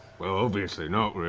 well, obviously not,